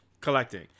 collecting